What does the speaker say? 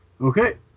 Okay